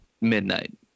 midnight